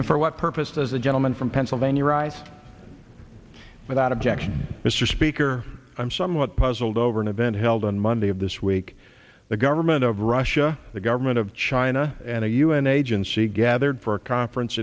and for what purpose does the gentleman from pennsylvania rise without objection mr speaker i'm somewhat puzzled over an event held on monday of this week the government of russia the government of china and a un agency gathered for a conference